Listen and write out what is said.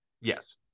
Yes